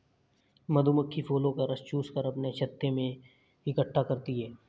मधुमक्खी फूलों का रस चूस कर अपने छत्ते में इकट्ठा करती हैं